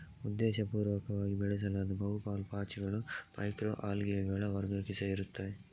ಉದ್ದೇಶಪೂರ್ವಕವಾಗಿ ಬೆಳೆಸಲಾದ ಬಹು ಪಾಲು ಪಾಚಿಗಳು ಮೈಕ್ರೊ ಅಲ್ಗೇಗಳ ವರ್ಗಕ್ಕೆ ಸೇರುತ್ತವೆ